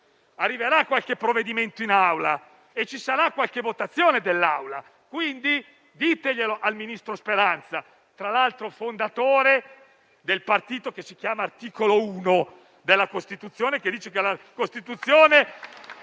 arriverà qualche provvedimento in Aula e ci sarà qualche votazione dell'Assemblea. Quindi ditelo al ministro Speranza, tra l'altro fondatore del partito che si chiama Articolo Uno. L'articolo 1 della Costituzione